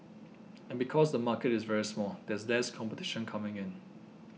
and because the market is very small there's less competition coming in